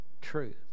true